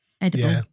Edible